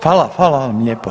Hvala, hvala vam lijepo.